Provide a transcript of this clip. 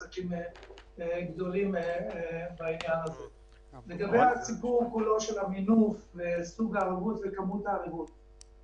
שאנחנו קשובים ומוכנים לעשות --- לגבי הנושא של התחרות שהועלה פה גם